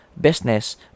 business